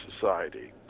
society